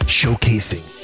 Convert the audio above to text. showcasing